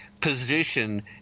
position